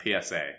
PSA